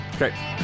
Okay